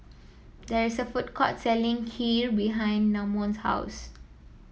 there is a food court selling Kheer behind Namon's house